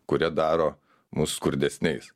kurie daro mus skurdesniais